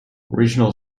regional